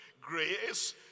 grace